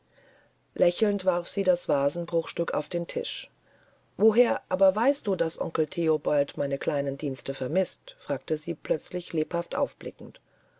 lächelnd warf sie das vasenbruchstück auf den tisch woher aber weißt du daß onkel theobald meine kleinen dienste vermißt fragte sie plötzlich lebhaft aufblickend